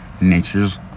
nature's